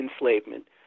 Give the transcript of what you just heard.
enslavement